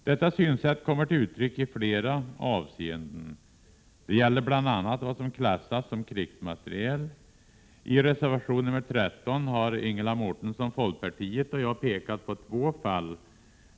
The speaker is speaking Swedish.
Detta synsätt kommer till uttryck i flera avseenden. Det gäller bl.a. vad som klassas som krigsmateriel. I reservation 13 har Ingela Mårtensson, folkpartiet, och jag pekat på två fall.